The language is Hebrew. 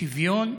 שוויון,